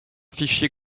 fichier